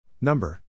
Number